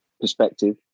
perspective